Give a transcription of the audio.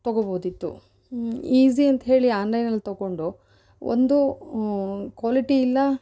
ತೊಗೊಳ್ಬೋದಿತ್ತು easy ಅಂತ ಹೇಳಿ ಆನ್ಲೈನಲ್ಲಿ ತೊಗೊಂಡು ಒಂದು ಕ್ವಾಲಿಟಿ ಇಲ್ಲ